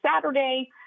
Saturday